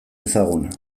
ezaguna